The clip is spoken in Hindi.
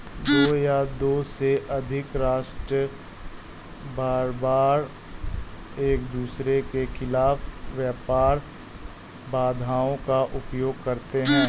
दो या दो से अधिक राष्ट्र बारबार एकदूसरे के खिलाफ व्यापार बाधाओं का उपयोग करते हैं